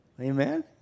Amen